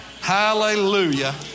Hallelujah